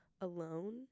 alone